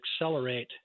accelerate